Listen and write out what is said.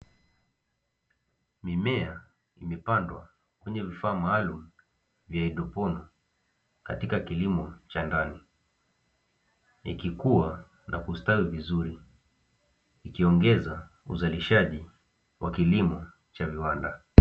Mimea imepandwa kwenye vifaa maalumu vya haidroponi katika kilimo cha ndani, ikikuwa na kustawi vizuri ikiongeza uzalishaji wa kilimo cha viwanda.